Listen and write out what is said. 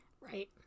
Right